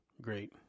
great